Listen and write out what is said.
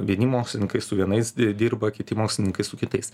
vieni mokslininkai su vienais di dirba kiti mokslininkai su kitais